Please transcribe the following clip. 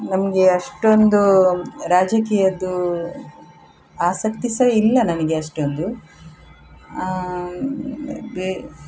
ನಮಗೆ ಅಷ್ಟೊಂದು ರಾಜಕೀಯದ್ದು ಆಸಕ್ತಿ ಸಹ ಇಲ್ಲ ನನಗೆ ಅಷ್ಟೊಂದು ಬೇ